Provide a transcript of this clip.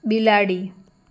બિલાડી